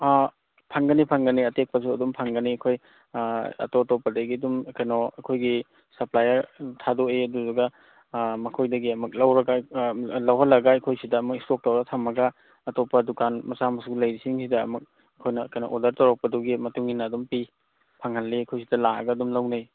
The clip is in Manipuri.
ꯐꯪꯒꯅꯤ ꯐꯪꯒꯅꯤ ꯑꯇꯦꯛꯄꯁꯨ ꯑꯗꯨꯝ ꯐꯪꯒꯅꯤ ꯑꯩꯈꯣꯏ ꯑꯇꯣꯞ ꯑꯇꯣꯞꯄ ꯑꯗꯒꯤ ꯑꯗꯨꯝ ꯀꯩꯅꯣ ꯑꯩꯈꯣꯏꯒꯤ ꯁꯞꯄ꯭ꯂꯥꯏꯌꯔ ꯊꯥꯗꯣꯛꯏ ꯑꯗꯨꯗꯨꯒ ꯃꯈꯣꯏꯗꯒꯤ ꯑꯃꯨꯛ ꯂꯧꯔꯒ ꯂꯧꯍꯜꯂꯒ ꯑꯩꯈꯣꯏꯁꯤꯗꯃꯨꯛ ꯏꯁꯇꯣꯛ ꯇꯧꯔ ꯊꯝꯃꯒ ꯑꯇꯣꯞꯄ ꯗꯨꯀꯥꯟ ꯃꯆꯥ ꯃꯁꯨ ꯂꯩꯔꯤꯁꯤꯡꯁꯤꯗ ꯑꯃꯨꯛ ꯑꯩꯈꯣꯏꯅ ꯀꯣꯅꯣ ꯑꯣꯔꯗꯔ ꯇꯧꯔꯛꯄꯗꯨꯒꯤ ꯃꯇꯨꯡ ꯏꯟꯅ ꯑꯗꯨꯝ ꯄꯤ ꯐꯪꯍꯜꯂꯤ ꯑꯩꯈꯣꯏꯁꯤꯗ ꯂꯥꯛꯑꯒ ꯑꯗꯨꯝ ꯂꯧꯅꯩ